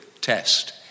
test